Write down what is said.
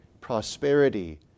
prosperity